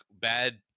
bad